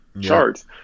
charts